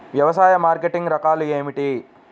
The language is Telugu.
వ్యవసాయ మార్కెటింగ్ రకాలు ఏమిటి?